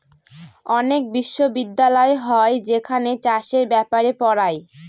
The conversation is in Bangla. অনেক বিশ্ববিদ্যালয় হয় যেখানে চাষের ব্যাপারে পড়ায়